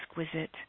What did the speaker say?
exquisite